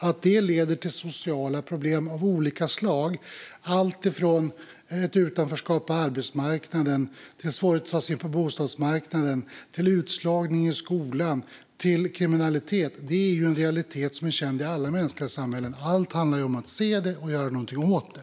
Att det leder till sociala problem av olika slag - det är alltifrån ett utanförskap när det gäller arbetsmarknaden till svårigheter att ta sig in på bostadsmarknaden, utslagning i skolan och kriminalitet - är en realitet som är känd i alla mänskliga samhällen. Allt handlar om att se det och att göra någonting åt det.